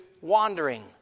wandering